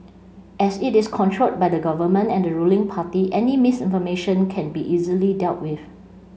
as it is controlled by the Government and the ruling party any misinformation can be easily dealt with